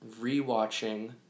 rewatching